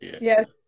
yes